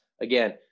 Again